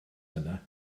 yna